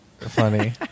funny